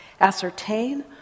ascertain